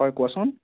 হয় কোৱাচোন